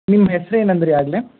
ನಿಮ್ಮ ಹೆಸ್ರು ಏನಂದಿರಿ ಆಗಲೇ